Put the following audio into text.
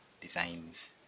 designs